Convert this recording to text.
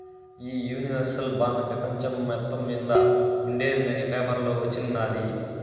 ఈ universal bank పెపంచం మొత్తం మింద ఉండేందని పేపర్లో వచిన్నాది